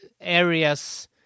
areas